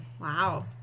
Wow